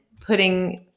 putting